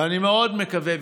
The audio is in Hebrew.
ואני מאוד מקווה,